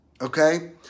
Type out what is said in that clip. Okay